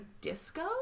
Disco